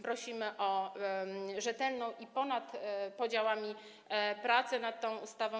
Prosimy o rzetelną, ponad podziałami pracę nad tą ustawą.